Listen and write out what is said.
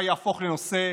מה יהפוך לנושא,